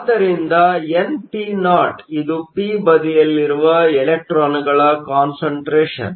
ಆದ್ದರಿಂದ npo ಇದು P ಬದಿಯಲ್ಲಿರುವ ಇಲೆಕ್ಟ್ರಾನ್ಗಳ ಕಾನ್ಸಂಟ್ರೇಷನ್